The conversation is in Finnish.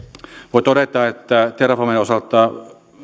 voi todeta että terrafamen osalta